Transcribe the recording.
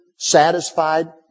Satisfied